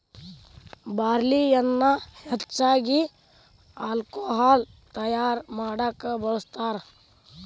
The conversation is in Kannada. ಬಾರ್ಲಿಯನ್ನಾ ಹೆಚ್ಚಾಗಿ ಹಾಲ್ಕೊಹಾಲ್ ತಯಾರಾ ಮಾಡಾಕ ಬಳ್ಸತಾರ